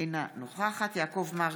אינה נוכחת יעקב מרגי,